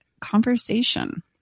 conversation